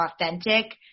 authentic